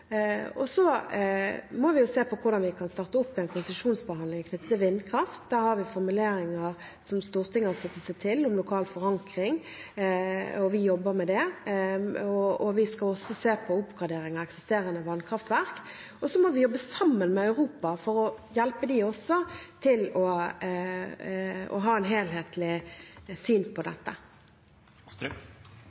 Så må vi se på hvordan vi kan starte opp en konsesjonsbehandling knyttet til vindkraft. Der har vi formuleringer, som Stortinget har sluttet seg til, om lokal forankring, og vi jobber med det. Vi skal også se på oppgradering av eksisterende vannkraftverk. Så må vi jobbe sammen med Europa for å hjelpe dem også til å ha et helhetlig syn på dette.